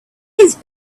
his